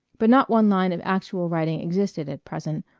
but not one line of actual writing existed at present,